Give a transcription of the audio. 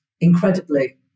incredibly